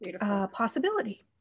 possibility